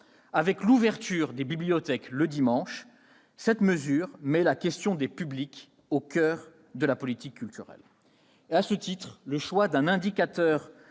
Avec l'ouverture des bibliothèques le dimanche, cette mesure met la question des publics au coeur de la politique culturelle. À ce titre, le choix d'un indicateur